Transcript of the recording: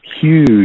huge